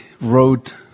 wrote